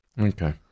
Okay